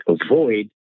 avoid